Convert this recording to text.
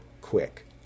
quick